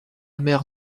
mère